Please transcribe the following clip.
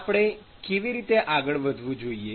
આપણે કેવી રીતે આગળ વધવું જોઈએ